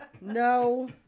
No